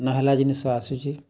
ନହେଲା ଜିନିଷ ଆସୁଛି